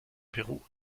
peru